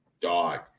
dog